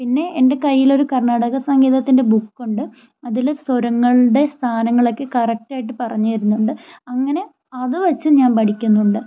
പിന്നെ എൻ്റെ കയ്യിലൊരു കർണാടക സംഗീതത്തിൻ്റെ ബുക്കൊണ്ട് അതിൽ സ്വരങ്ങളുടെ സ്ഥാനങ്ങളൊക്കെ കറക്റ്റായിട്ട് പറഞ്ഞ് തരുന്നുണ്ട് അങ്ങനെ അത് വെച്ചും ഞാൻ പഠിക്കുന്നുണ്ട്